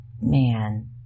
man